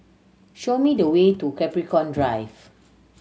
show me the way to Capricorn Drive